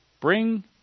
Bring